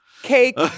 Cake